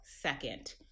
second